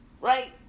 right